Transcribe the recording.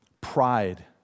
pride